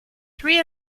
three